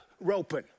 roping